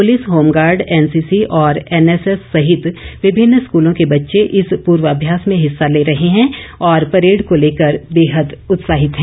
police home guard NCC और NSS सहित विभिन्न स्कूलों के बच्चे इस पूर्वाभ्यास में हिस्सा ले रहे हैं और परेड को लेकर बेहद उत्साहित हैं